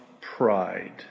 pride